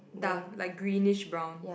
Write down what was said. dark like greenish brown